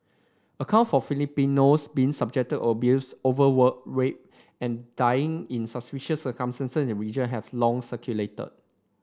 account for Filipinos being subjected to abuse overwork rape and dying in suspicious circumstances in the region have long circulated